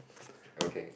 okay